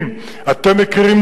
אם אתם לא תתפשרו,